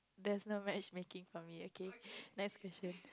there's no matchmaking for me okay next question